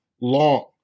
long